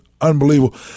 Unbelievable